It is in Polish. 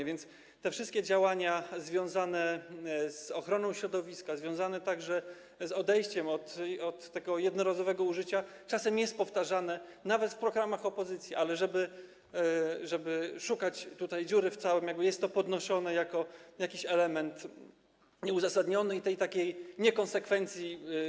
A więc te wszystkie działania związane z ochroną środowiska, związane także z odejściem od tego jednorazowego użycia, czasem są powtarzane, nawet w programach opozycji, ale żeby szukać tutaj dziury w całym, jest to podnoszone jako jakiś element nieuzasadnionej niekonsekwencji.